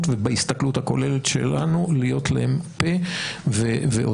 ובהסתכלות הכוללת שלנו להיות להם פה ואוזן.